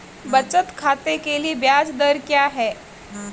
बचत खाते के लिए ब्याज दर क्या है?